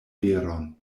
veron